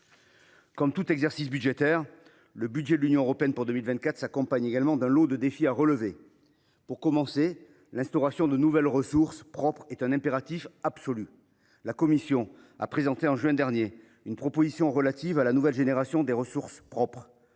Comme tout exercice budgétaire, le budget de l’Union européenne pour 2024 s’accompagne d’un lot de défis à relever. Tout d’abord, l’instauration de nouvelles ressources propres est un impératif absolu. La Commission européenne a présenté, en juin dernier, une proposition relative à la nouvelle génération de ressources propres.